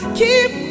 keep